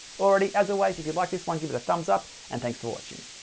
alrighty, as always if you like this one. give it a thumbs up and thanks for watching!